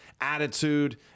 attitude